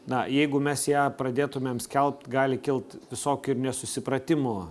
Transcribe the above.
na jeigu mes ją pradėtumėm skelbt gali kilt visokių ir nesusipratimų